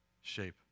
shape